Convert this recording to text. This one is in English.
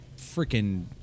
freaking